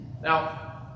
Now